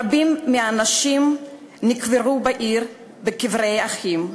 רבים מהאנשים נקברו בעיר בקברי אחים.